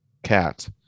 Cat